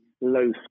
low